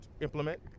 implement